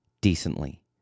decently